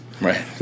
Right